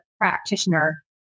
practitioner